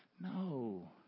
No